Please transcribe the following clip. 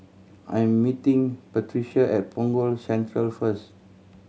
I am meeting Patrica at Punggol Central first